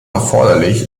erforderlich